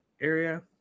area